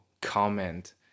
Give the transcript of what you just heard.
comment